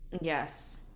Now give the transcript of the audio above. yes